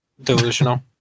delusional